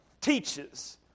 teaches